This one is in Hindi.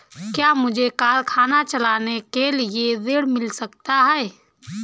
क्या मुझे कारखाना चलाने के लिए ऋण मिल सकता है?